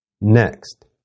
Next